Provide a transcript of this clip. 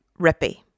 Rippy